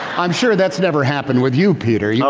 i'm sure that's never happened with you peter? you know